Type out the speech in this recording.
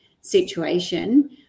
situation